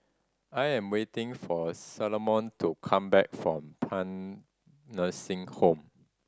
I am waiting for Salome to come back from Paean Nursing Home